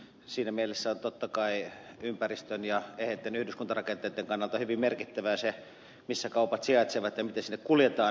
siinä mielessä on totta kai ympäristön ja eheitten yhdyskuntarakenteitten kannalta hyvin merkittävää se missä kaupat sijaitsevat ja miten sinne kuljetaan